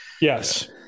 Yes